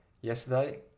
yesterday